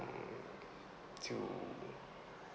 um to